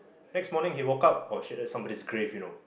next morning he woke up oh shit that's somebody's grave you know